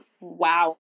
wow